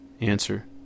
Answer